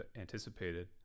anticipated